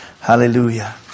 Hallelujah